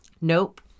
Nope